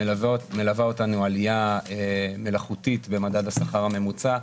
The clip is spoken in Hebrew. מלווה אותנו עלייה מלאכותית במדד השכר הממוצע,